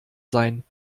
sein